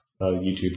YouTube